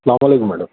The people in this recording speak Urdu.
السّلام علیکم میڈم